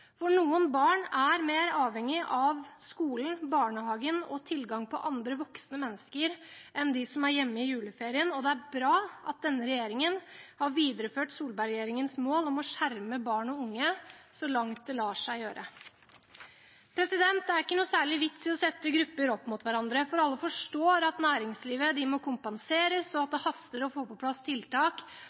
Noen barn er mer avhengige av skolen, barnehagen og tilgang på andre voksne mennesker enn dem som er hjemme i juleferien, og det er bra at denne regjeringen har videreført Solberg-regjeringens mål om å skjerme barn og unge så langt det lar seg gjøre. Det er ikke særlig vits i å sette grupper opp mot hverandre, for alle forstår at næringslivet må kompenseres, og at det haster å få på plass tiltak